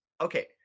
okay